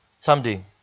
someday